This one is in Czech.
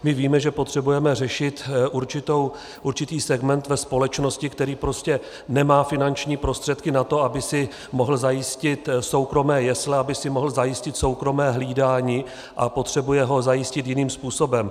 My víme, že potřebujeme řešit určitý segment ve společnosti, který prostě nemá finanční prostředky na to, aby si mohl zajistit soukromé jesle, aby si mohl zajistit soukromé hlídání, a potřebuje ho zajistit jiným způsobem.